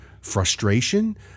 frustration